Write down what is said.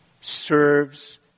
serves